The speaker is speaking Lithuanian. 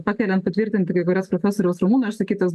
pakeliant patvirtinti kai kurias profesoriaus ramūno išsakytas